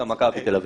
גם מכבי תל אביב.